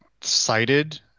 cited